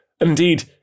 Indeed